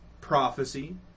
prophecy